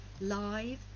live